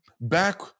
back